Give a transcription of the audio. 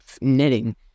knitting